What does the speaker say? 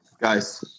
Guys